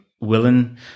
willing